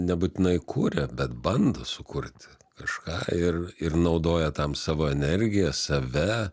nebūtinai kuria bet bando sukurti kažką ir ir naudoja tam savo energiją save